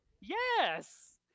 yes